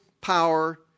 power